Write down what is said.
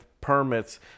permits